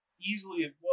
easily